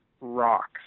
rocks